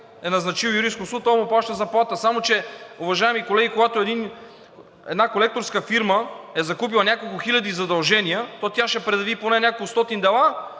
е назначил юрисконсулт, той му плаща заплата. Само че, уважаеми колеги, когато една колекторска фирма е закупила няколко хиляди задължения, то тя ще предяви поне няколкостотин дела,